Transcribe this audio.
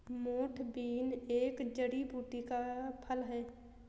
मोठ बीन एक जड़ी बूटी का फल है